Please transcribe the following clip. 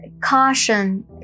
caution